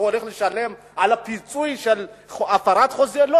הוא הולך לשלם את הפיצוי על הפרת חוזה?